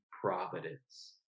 providence